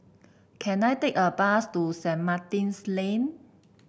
can I take a bus to Saint Martin's Lane